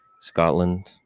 Scotland